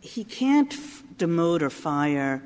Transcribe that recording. he can't fight the motor fire